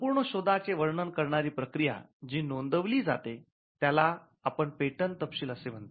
संपूर्ण शोधाचे वर्णन करणारी प्रक्रिया जी नोंदवली जाते त्याला आपण पेटंट तपशील असे म्हणतो